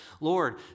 Lord